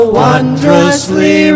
wondrously